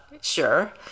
sure